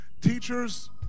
teachers